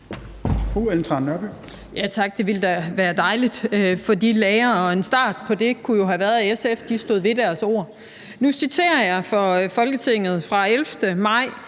Ellen Trane Nørby (V): Tak. Det ville da være dejligt for de lærere, og en start på det kunne jo have været, at SF stod ved deres ord. Nu citerer jeg fra Folketingstidende den 11. maj,